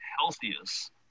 healthiest